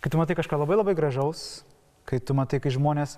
kai tu matai kažką labai labai gražaus kai tu matai kai žmonės